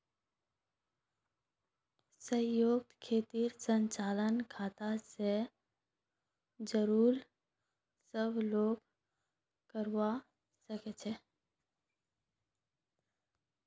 संयुक्त खातार संचालन खाता स जुराल सब लोग करवा सके छै